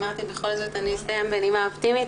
אמרתי שאני בכל זאת אסיים בנימה אופטימית,